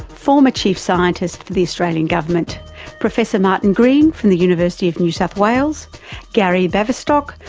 former chief scientist for the australian government professor martin green from the university of new south wales gary baverstock,